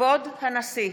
כבוד הנשיא!